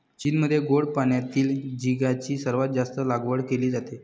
चीनमध्ये गोड पाण्यातील झिगाची सर्वात जास्त लागवड केली जाते